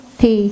thì